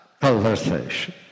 conversation